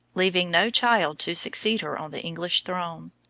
leaving no child to succeed her on the english throne.